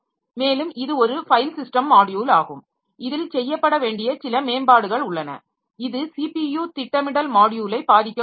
மேலும் இது ஒரு ஃபைல் சிஸ்டம் மாட்யுல் ஆகும் இதில் செய்யப்பட வேண்டிய சில மேம்பாடுகள் உள்ளன இது ஸிபியு திட்டமிடல் மாட்யுலை பாதிக்கக்கூடாது